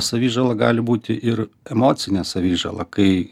savižala gali būti ir emocinė savižala kai